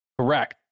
Correct